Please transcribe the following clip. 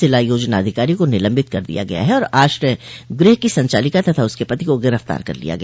जिला योजना अधिकारी को निलम्बित कर दिया गया और आश्रय गृह की संचालिका तथा उसके पति को गिरफ्तार कर लिया गया